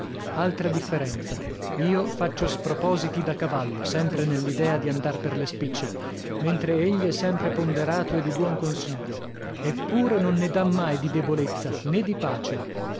altra differenza io faccio spropositi da cavallo sempre nell'idea di andar per le spicce mentre egli è sempre ponderato e di buon consiglio eppure non ne dà mai di debolezza nè di pace